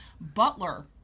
butler